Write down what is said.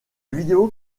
vidéo